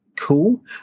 Cool